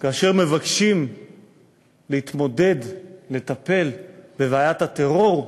כאשר מבקשים להתמודד, לטפל בבעיית הטרור,